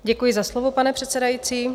Děkuji za slovo, pane předsedající.